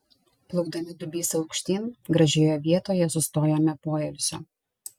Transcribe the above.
plaukdami dubysa aukštyn gražioje vietoje sustojome poilsio